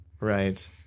Right